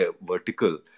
vertical